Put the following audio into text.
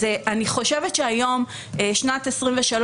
אני חושבת שהיום, בשנת 2023,